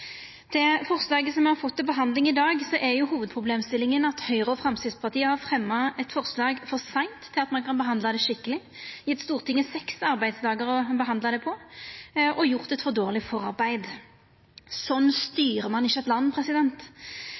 gjeld forslaget me har fått til behandling i dag, er hovudproblemstillinga at Høgre og Framstegspartiet har fremja eit forslag for seint til at ein kan behandla det skikkeleg – har gjeve Stortinget seks arbeidsdagar til å behandla det og gjort eit for dårleg forarbeid. Sånn styrer ein ikkje eit land.